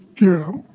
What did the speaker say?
yeah,